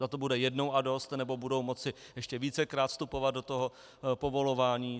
Zda to bude jednou a dost, nebo budou moci ještě vícekrát vstupovat do toho povolování?